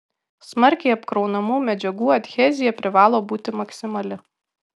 smarkiai apkraunamų medžiagų adhezija privalo būti maksimali